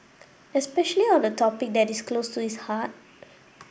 especially on a topic that is close to his heart